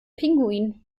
pinguin